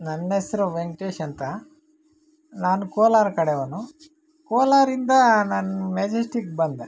ನನ್ನ ಹೆಸ್ರು ವೆಂಕಟೇಶ್ ಅಂತ ನಾನು ಕೋಲಾರ ಕಡೆಯವನು ಕೋಲಾರಿಂದ ನಾನು ಮೆಜೆಸ್ಟಿಕ್ ಬಂದೆ